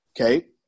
Okay